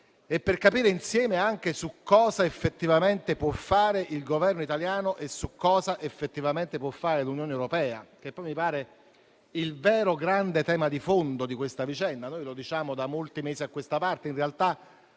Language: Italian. di capire insieme cosa effettivamente possa fare il Governo italiano e cosa effettivamente possa fare l'Unione europea, che poi mi pare il vero grande tema di fondo di questa vicenda. Noi lo diciamo da molti mesi a questa parte. In realtà,